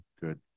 Good